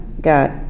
got